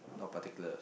not particular